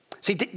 See